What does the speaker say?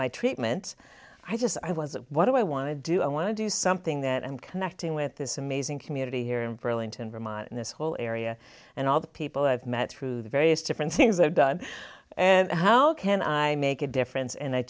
my treatment i just i was what do i want to do i want to do something that i'm connecting with this amazing community here in burlington vermont and this whole area and all the people i've met through the various different things i've done and how can i make a difference and i